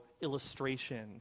illustration